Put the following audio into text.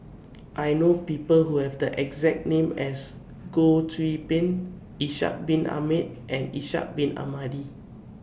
I know People Who Have The exact name as Goh Qiu Bin Ishak Bin Ahmad and Ishak Bin Ahmad